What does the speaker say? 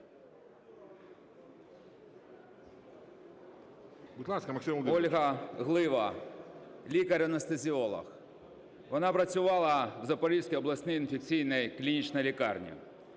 Ольга Глива, лікар-анестезіолог. Вона працювала в Запорізькій обласній інфекційній клінічній лікарні.